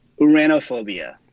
Uranophobia